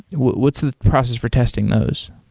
what's the process for testing those?